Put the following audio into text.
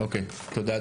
תודה.